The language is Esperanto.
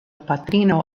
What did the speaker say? patrino